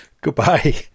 Goodbye